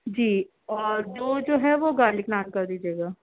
جی اور دو جو ہے وہ گارلک نان کریجیے گا